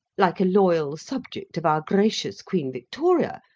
like a loyal subject of our gracious queen victoria,